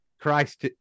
Christ